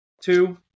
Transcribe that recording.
Two